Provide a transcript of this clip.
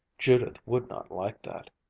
judith would not like that.